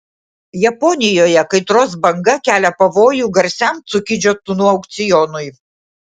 japonijoje kaitros banga kelia pavojų garsiam cukidžio tunų aukcionui